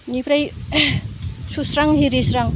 बेनिफ्राय सुस्रां आरिस्रां